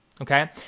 Okay